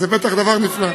אז זה בטח דבר נפלא.